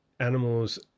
animals